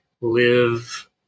live